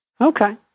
Okay